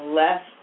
less